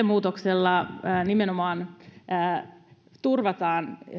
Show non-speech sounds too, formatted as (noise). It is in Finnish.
(unintelligible) muutoksella nimenomaan turvataan